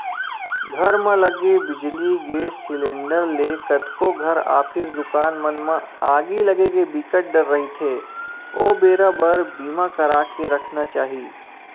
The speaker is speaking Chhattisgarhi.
घर म लगे बिजली, गेस सिलेंडर ले कतको घर, ऑफिस, दुकान मन म आगी लगे के बिकट डर रहिथे ओ बेरा बर बीमा करा के रखना चाही